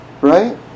right